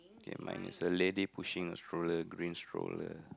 kay mine is the lady pushing a stroller green stroller